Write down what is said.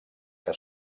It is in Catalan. que